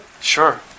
Sure